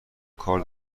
کار